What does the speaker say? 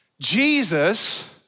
Jesus